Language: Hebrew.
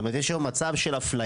זאת אומרת, יש היום מצב של אפליה,